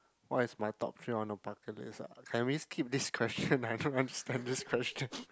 what is my top three on a bucket list ah can we skip this question I don't understand this question